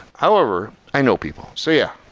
however, i know people. so, yeah.